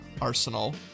arsenal